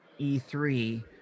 E3